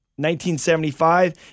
1975